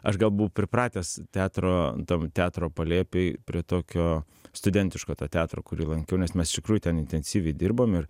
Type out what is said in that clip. aš gal buvau pripratęs teatro tam teatro palėpėj prie tokio studentiško to teatro kurį lankiau nes mes iš tikrųjų ten intensyviai dirbom ir